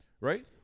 right